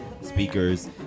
speakers